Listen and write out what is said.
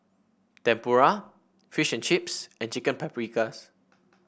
Tempura Fish and Chips and Chicken Paprikas